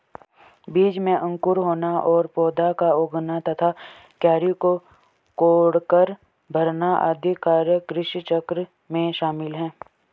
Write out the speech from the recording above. बीज में अंकुर होना और पौधा का उगना तथा क्यारी को कोड़कर भरना आदि कार्य कृषिचक्र में शामिल है